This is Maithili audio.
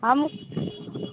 हम